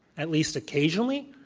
at least occasionally?